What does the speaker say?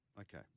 Okay